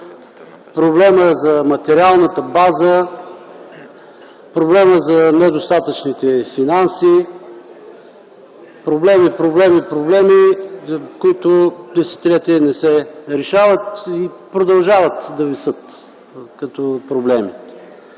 на съдиите, за материалната база, за недостатъчните финанси. Проблеми, проблеми, проблеми, които десетилетия не се решават и продължават да висят като такива.